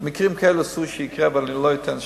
מקרים כאלה אסור שיקרו, ואני לא אתן שיקרו.